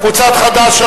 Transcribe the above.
קבוצת חד"ש,